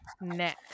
next